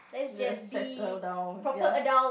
the settle down ya